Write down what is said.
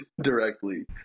directly